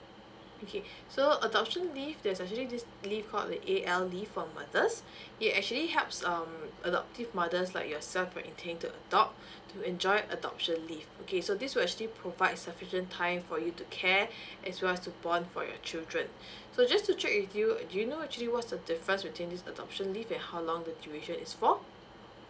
okay so adoption leave there's actually this leave called the A_L leave for mothers it actually helps um adoptive mothers like yourself for intending to adopt to enjoyed adoption leave okay so this will actually provide sufficient time for you to care as well as to born for your children so just to check with you do you know actually what's the difference between this adoption leave and how long the duration is for